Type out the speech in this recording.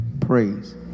praise